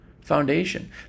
foundation